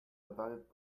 adalet